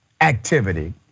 activity